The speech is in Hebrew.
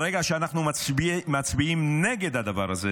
ברגע שאנחנו מצביעים נגד הדבר הזה,